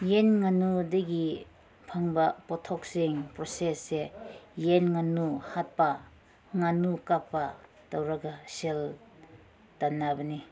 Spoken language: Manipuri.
ꯌꯦꯟ ꯉꯥꯅꯨꯗꯒꯤ ꯐꯪꯕ ꯄꯣꯠꯊꯣꯛꯁꯤꯡ ꯄ꯭ꯔꯣꯁꯦꯁꯁꯦ ꯌꯦꯟ ꯉꯥꯅꯨ ꯍꯥꯠꯄ ꯉꯥꯅꯨ ꯀꯛꯄ ꯇꯧꯔꯒ ꯁꯦꯜ ꯇꯥꯟꯅꯕꯅꯤ